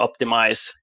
optimize